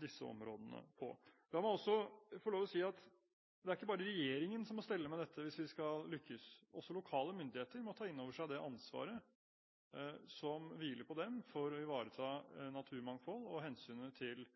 disse områdene på. La meg også få lov til å si at det er ikke bare regjeringen som må stelle med dette hvis vi skal lykkes. Også lokale myndigheter må ta inn over seg det ansvaret som hviler på dem for å ivareta naturmangfold og hensynet til